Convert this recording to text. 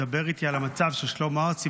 "דבר איתי על המצב", של שלמה ארצי.